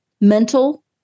mental